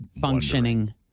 Functioning